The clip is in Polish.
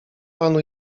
panu